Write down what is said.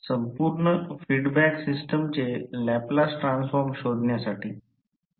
10 संपूर्ण फीडबॅक सिस्टमचे Laplace transform शोधण्यासाठी